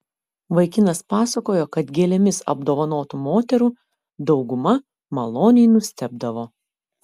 vaikinas pasakojo kad gėlėmis apdovanotų moterų dauguma maloniai nustebdavo